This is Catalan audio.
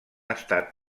estat